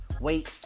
wait